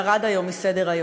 ירד היום מסדר-היום.